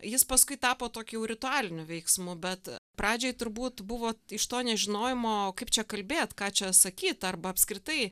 jis paskui tapo tokiu ritualiniu veiksmu bet pradžioj turbūt buvo iš to nežinojimo kaip čia kalbėt ką čia sakyt arba apskritai